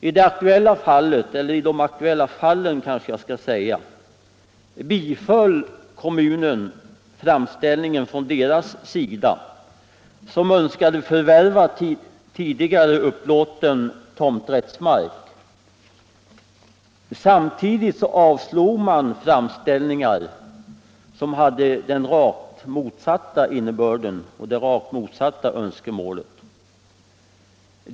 I de aktuella fallen biföll kommunen framställningen från dem som önskade förvärva tidigare upplåten tomträttsmark. Samtidigt avslog man framställningar som hade den rakt motsatta innebörden och det rakt motsatta önskemålet.